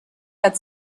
had